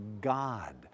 God